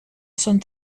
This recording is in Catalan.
són